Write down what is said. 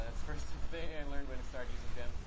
ah first thing i learned when i started using them.